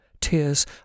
tears